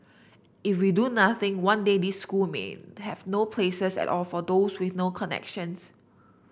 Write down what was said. if we do nothing one day these school may have no places at all for those with no connections